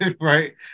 right